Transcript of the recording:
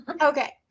okay